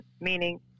meaning